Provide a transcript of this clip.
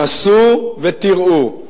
נסו ותראו: